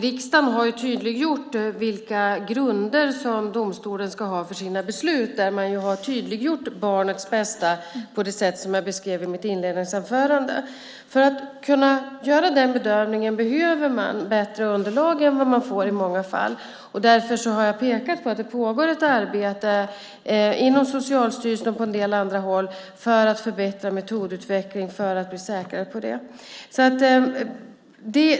Riksdagen har tydliggjort vilka grunder domstolen ska ha för sina beslut. Där har man tydliggjort barnets bästa på det sätt som jag beskrev i mitt inledningsanförande. För att kunna göra den bedömningen behöver man bättre underlag än vad man får i många fall. Jag har pekat på att det pågår ett arbete inom Socialstyrelsen och på en del andra håll för att förbättra metodutveckling för att bli säkrare på det.